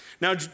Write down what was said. Now